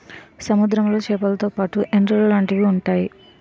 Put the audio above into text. సముద్రంలో సేపలతో పాటు ఎండ్రలు లాంటివి ఉంతాయి